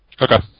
Okay